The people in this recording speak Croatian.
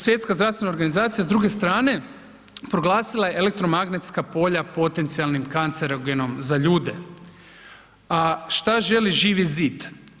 Svjetska zdravstvena organizacija, s druge strane, proglasila je elektromagnetska polja potencijalnim kancerogenom za ljude, a što želi Živi zid?